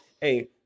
Hey